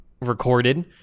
recorded